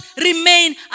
remain